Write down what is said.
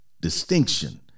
distinction